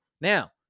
Now